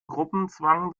gruppenzwang